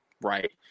right